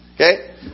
Okay